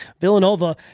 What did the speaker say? Villanova